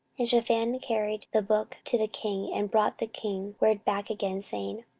and shaphan carried the book to the king, and brought the king word back again, saying,